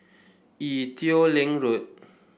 Ee Teow Leng Road